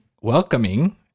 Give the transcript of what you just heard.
welcoming